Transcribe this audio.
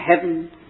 heaven